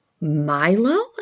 Milo